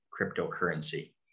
cryptocurrency